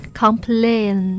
complain